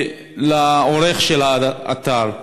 לעורך של האתר: